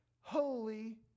holy